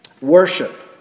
Worship